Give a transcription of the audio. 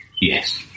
Yes